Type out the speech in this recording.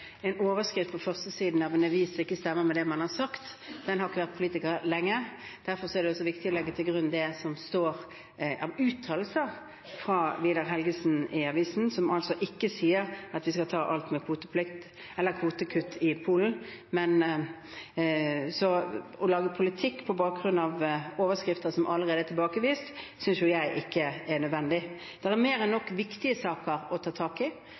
en overskrift på førstesiden av en avis ikke stemmer med det man har sagt, har ikke vært politiker lenge. Derfor er det også viktig å legge til grunn det som står av uttalelser fra Vidar Helgesen i avisen, som altså ikke sier at vi skal ta alt med kvotekutt i Polen. Å lage politikk på bakgrunn av overskrifter som allerede er tilbakevist, synes jeg ikke er nødvendig. Det er mer enn nok viktige saker å ta tak i.